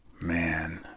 Man